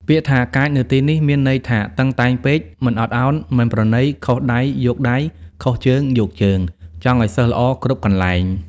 ពាក្យថា កាច នៅទីនេះ មានន័យថា តឹងតែងពេក មិនអត់ឱន មិនប្រណី ខុសដៃយកដៃ ខុសជើងយកជើង ចង់ឲ្យសិស្សល្អគ្រប់កន្លែង។